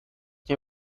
nie